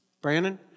Brandon